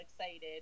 excited